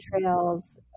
trails